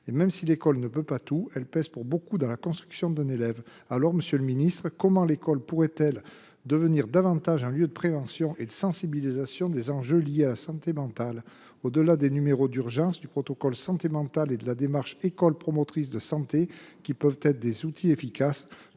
Et même si l’école ne peut pas tout, elle pèse pour beaucoup dans la construction de la personnalité d’un élève. Alors, monsieur le ministre, comment l’école pourrait elle devenir davantage un lieu de prévention et de sensibilisation aux enjeux liés à la santé mentale ? Au delà des numéros d’urgence, du protocole de santé mentale dans chaque établissement et de la démarche École promotrice de santé, qui peuvent être des outils efficaces,